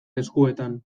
eskuetan